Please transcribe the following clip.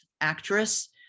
actress